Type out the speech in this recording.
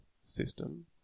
system